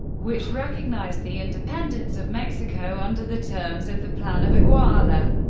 which recognized the independence of mexico under the terms of the plan of iguala.